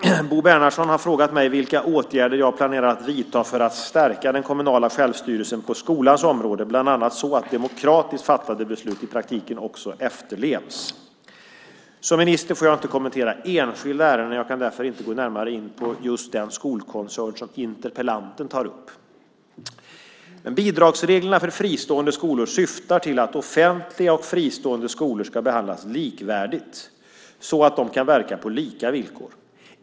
Herr talman! Bo Bernhardsson har frågat mig vilka åtgärder jag planerar att vidta för att stärka den kommunala självstyrelsen på skolans område, bland annat så att demokratiskt fattade beslut i praktiken också efterlevs. Som minister får jag inte kommentera enskilda ärenden. Jag kan därför inte gå in närmare på just den skolkoncern som interpellanten tar upp. Bidragsreglerna för fristående skolor syftar till att offentliga och fristående skolor ska behandlas likvärdigt, så att de kan verka på lika villkor.